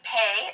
pay